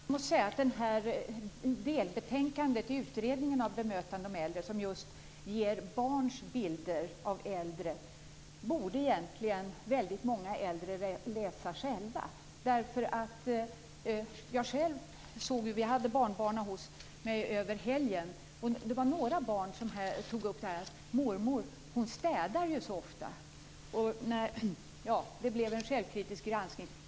Fru talman! Väldigt många äldre borde egentligen själva läsa delbetänkandet till utredningen om bemötande av äldre som just ger barns bilder av äldre. Jag hade barnbarnen hos mig över helgen. Några av barnen tog upp att mormor städar så ofta. Det blev en självkritisk granskning.